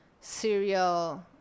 cereal